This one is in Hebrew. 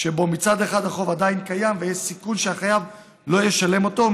שבו מצד אחד החוב עדיין קיים ויש סיכון שהחייב לא ישלם אותו,